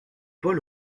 paul